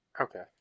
okay